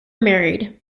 married